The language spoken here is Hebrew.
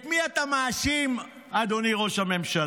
את מי אתה מאשים, אדוני ראש הממשלה?